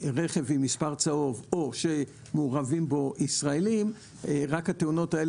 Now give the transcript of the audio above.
עם מספר צהוב או שמעורבים בו ישראלים ייספרו,